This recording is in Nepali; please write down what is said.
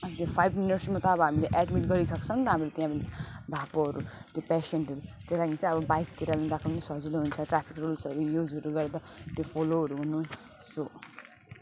अनि त्यो फाइभ मिनट्समा त अब हामीले एडमिट गरिसक्छ नि त हामीले त्यहाँ पनि भएकोहरू त्यो पेसेन्टहरू त्यही लागिन् चाहिँ अब बाइकतिर पनि गएको पनि सजिलो हुन्छ ट्राफिक रुल्सहरू युजहरू गर्दा त्यो फोलोहरू हुनु सो